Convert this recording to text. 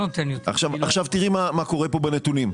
עכשיו תראי מה קורה פה בנתונים: